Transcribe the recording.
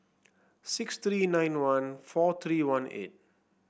six three nine one four three one eight